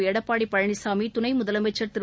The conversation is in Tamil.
எடப்பாடிபழனினமி துணைமுதலமைச்ச் திரு